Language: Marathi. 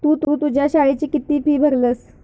तु तुझ्या शाळेची किती फी भरलस?